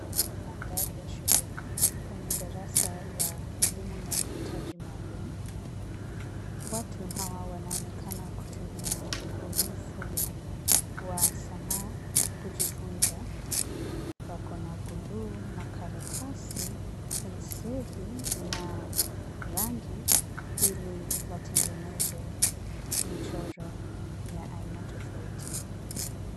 Haya ni mandhari ya shuleni, penye darasa la elimu ya mahitaji maalum. Watu hawa wanaonekana kutumia ubunifu wa sanaa kujifunza. Wakona guluu makaratasi, penseli na rangi ili watengeneze michoro ya aina tofauti.